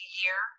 year